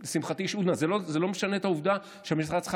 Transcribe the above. זה לא משנה את העובדה שהמשטרה צריכה